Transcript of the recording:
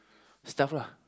stealth lah